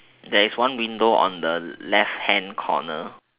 there is one window on the left hand corner